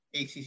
ACC